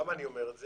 למה אני אומר את זה?